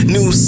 New